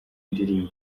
indirimbo